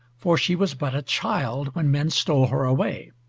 for she was but a child when men stole her away.